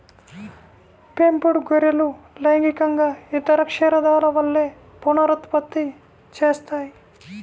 పెంపుడు గొర్రెలు లైంగికంగా ఇతర క్షీరదాల వలె పునరుత్పత్తి చేస్తాయి